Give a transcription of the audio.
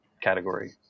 category